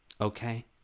okay